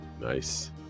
nice